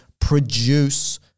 produce